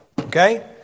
Okay